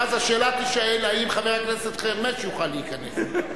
ואז השאלה תישאל: האם חבר הכנסת חרמש יוכל להיכנס?